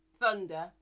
thunder